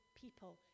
people